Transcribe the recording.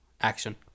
action